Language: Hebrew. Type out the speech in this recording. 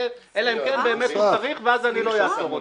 אלא אם כן באמת הוא צריך ואז אני לא --- אותו.